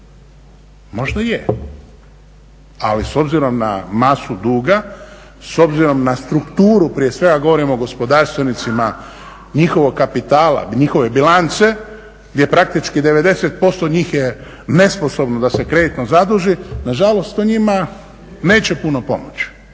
Možda je, ali s obzirom na masu dugu, s obzirom na strukturu prije svega govorimo o gospodarstvenicima njihovog kapitala, njihove bilance gdje praktički 90% njih je nesposobno da se kreditno zaduži nažalost to njima neće puno pomoći.